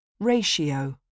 Ratio